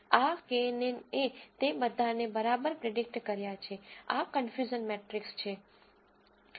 આ કેએનએન એ તે બધાને બરાબર પ્રીડીકટ કર્યા છે આ કન્ફયુઝન મેટ્રીક્સ છે